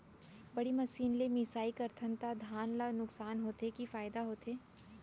बड़ी मशीन ले मिसाई करथन त धान ल नुकसान होथे की फायदा होथे?